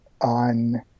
on